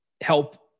help